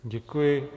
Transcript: Děkuji.